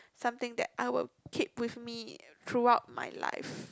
something that I will keep with me throughout my life